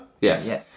Yes